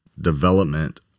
development